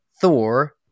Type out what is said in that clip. Thor